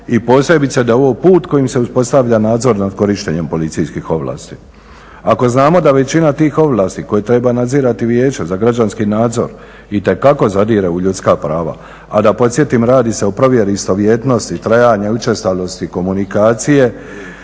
i posebice da je ovo put kojim se uspostavlja nadzor nad korištenjem policijskih ovlasti. Ako znamo da većina tih ovlasti koje treba nadzirati Vijeće za građanski nadzor itekako zadire u ljudska prava, a da podsjetim radi se o provjeri istovjetnosti, trajanja učestalosti komunikacije